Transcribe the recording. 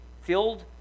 Filled